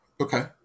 Okay